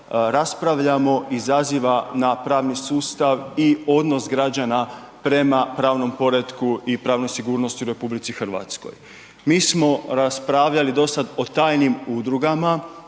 raspravljamo, izaziva na pravni sustav i odnos građana prema pravnom poretku i pravnoj sigurnosti u RH. Mi smo raspravljali dosad o tajnim udrugama